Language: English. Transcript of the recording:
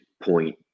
point